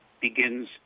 begins